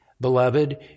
beloved